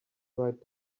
right